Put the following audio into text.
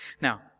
Now